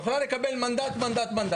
יכולה לקבל מנדט לכל אחת.